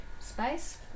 space